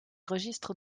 registres